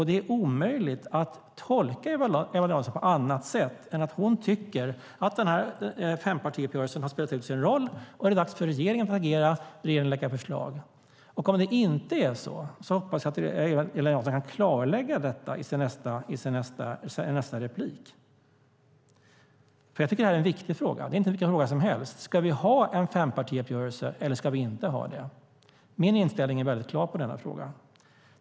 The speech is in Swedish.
Det är omöjligt att tolka Eva-Lena Jansson på annat sätt än att hon tycker att fempartiuppgörelsen har spelat ut sin roll och att det är dags för regeringen att agera och lägga fram ett förslag. Om det inte är så hoppas jag att Eva-Lena Jansson kan klargöra detta i sin nästa replik. Det här är en viktig fråga och inte vilken fråga som helst. Ska vi ha en fempartiuppgörelse, eller ska vi inte ha det? Min inställning är väldigt tydlig i den frågan.